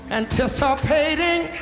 anticipating